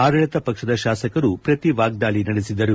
ಆಡಳಿತ ಪಕ್ಷದ ಶಾಸಕರು ಪ್ರತಿವಾಗ್ದಾಳಿ ನಡೆಸಿದರು